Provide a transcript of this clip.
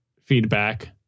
feedback